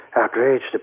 outraged